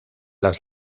las